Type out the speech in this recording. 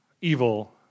evil